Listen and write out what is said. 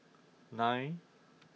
nine